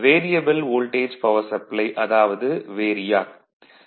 variable voltage power supply அதாவது variac